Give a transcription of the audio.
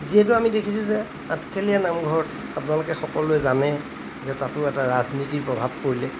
যিহেতু আমি দেখিছোঁ যে আঠখেলীয়া নামঘৰত আপোনালোকে সকলোৱে জানে যে তাতো এটা ৰাজনীতিৰ প্ৰভাৱ পৰিলে